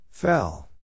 Fell